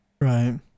right